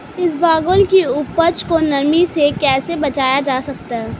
इसबगोल की उपज को नमी से कैसे बचाया जा सकता है?